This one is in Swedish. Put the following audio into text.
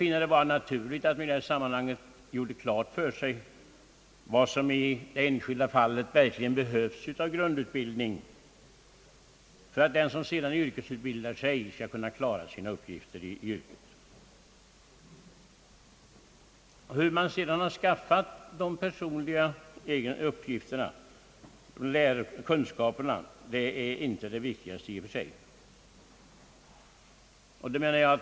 I det här sammanhanget bör man göra klart för sig vad som i det enskilda fallet verkligen behövs av grundutbildning för att den som sedan yrkesutbildar sig skall kunna klara sina uppgifter. Hur man sedan har skaffat sig kunskaperna är inte det viktigaste i och för sig.